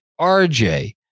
RJ